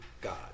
God